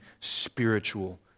spiritual